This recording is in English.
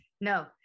no